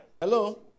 Hello